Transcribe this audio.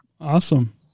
awesome